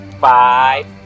five